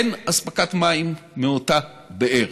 אין אספקת מים מאותה באר.